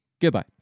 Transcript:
Goodbye